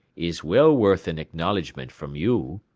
is well worth an acknowledgment from you.